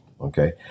Okay